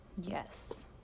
Yes